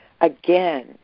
again